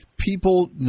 People